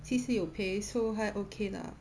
C_C 有 pay so 还 okay lah